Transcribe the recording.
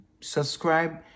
subscribe